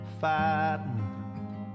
fighting